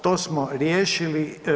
To smo riješili.